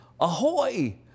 ahoy